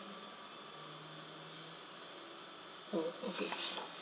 oh okay